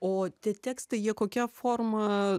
o tie tekstai jie kokia forma